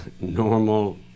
normal